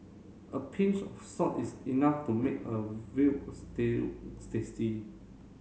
a pinch of salt is enough to make a veal stew tasty